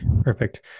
Perfect